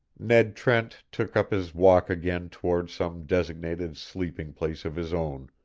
ned trent took up his walk again toward some designated sleeping-place of his own,